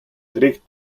drick